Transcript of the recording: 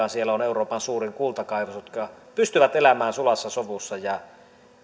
siellä on euroopan suurin kultakaivos ja ne pystyvät elämään sulassa sovussa